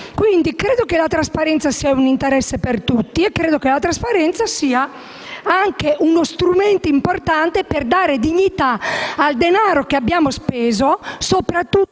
Credo che la trasparenza sia nell'interesse di tutti e sia anche uno strumento importante per dare dignità al denaro che abbiamo speso, soprattutto